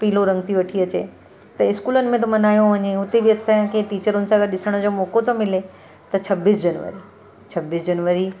पीलो रंग थी वठी अचे त इस्कूलनि में मनायो थो वञें उते बि असांखे टीचरुनि सां गॾु ॾिसण जो मौक़ो थो मिले त छब्बीस जनवरी छब्बीस जनवरी